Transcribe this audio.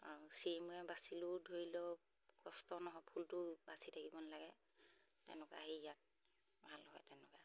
আৰু চিৰি মই বাচিলেও ধৰি লওক কষ্ট নহয় ফুলটো বাচি থাকিব নালাগে তেনেকুৱা সেই ইয়াত ভাল হয় তেনেকুৱা